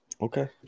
Okay